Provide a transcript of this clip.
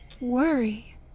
worry